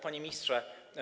Panie Ministrze!